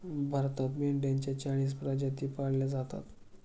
भारतात मेंढ्यांच्या चाळीस प्रजाती पाळल्या जातात